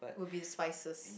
would be spices